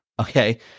Okay